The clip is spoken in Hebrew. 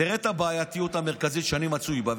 תראה את הבעייתיות המרכזית שאני מצוי בה,